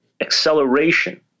acceleration